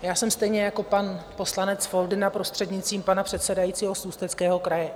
Já jsem stejně jako pan poslanec Foldyna, prostřednictvím pana předsedajícího, z Ústeckého kraje.